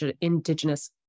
indigenous